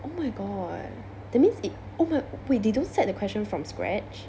oh my god that means it oh my wait they don't set the questions from scratch